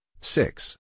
six